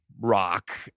rock